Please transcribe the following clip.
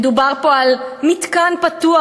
מדובר פה על מתקן "פתוח"